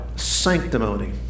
sanctimony